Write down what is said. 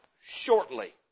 shortly